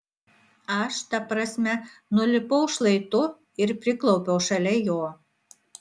aš ta prasme nulipau šlaitu ir priklaupiau šalia jo